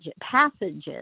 passages